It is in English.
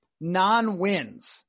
non-wins